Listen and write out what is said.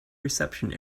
reception